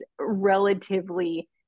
relatively